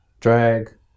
drag